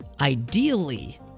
Ideally